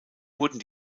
wurden